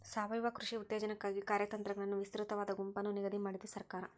ಸಾವಯವ ಕೃಷಿ ಉತ್ತೇಜನಕ್ಕಾಗಿ ಕಾರ್ಯತಂತ್ರಗಳನ್ನು ವಿಸ್ತೃತವಾದ ಗುಂಪನ್ನು ನಿಗದಿ ಮಾಡಿದೆ ಸರ್ಕಾರ